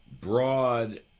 broad